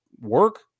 work